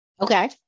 okay